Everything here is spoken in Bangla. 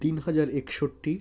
তিন হাজার একষট্টি